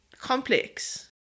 complex